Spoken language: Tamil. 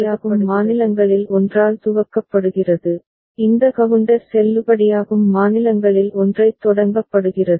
எனவே இது செல்லுபடியாகும் மாநிலங்களில் ஒன்றால் துவக்கப்படுகிறது இந்த கவுண்டர் செல்லுபடியாகும் மாநிலங்களில் ஒன்றைத் தொடங்கப்படுகிறது